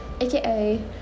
aka